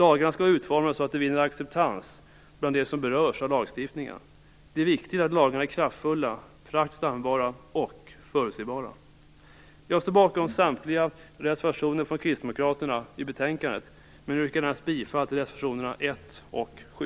Lagarna skall vara utformade så att de vinner acceptans bland dem som berörs av lagstiftningen. Det är viktigt att lagarna är kraftfulla, praktiskt användbara och förutsebara. Jag står bakom samtliga reservationer från Kristdemokraterna till betänkandet, men yrkar endast bifall till reservationerna 1 och 7.